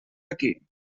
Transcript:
aquí